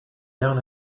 down